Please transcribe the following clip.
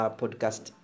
podcast